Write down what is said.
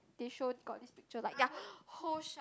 they show got this picture like ya whole shelf